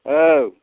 औ